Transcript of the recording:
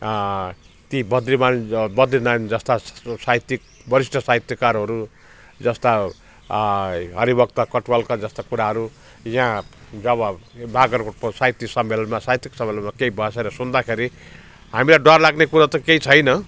ति बद्रिमान बद्रिनारायण छेत्री जस्ता साहित्यिक बरिष्ट साहित्यकारहरू जस्ता हरिभक्त कटुवालका जस्ता कुराहरू यहाँ जब बाग्राकोटको साहित्य सम्मेलनमा साहित्यिक सम्मेलनमा केही बसेर सुन्दाखेरि हामीलाई डर लाग्ने कुरा त केही छैन